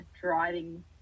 driving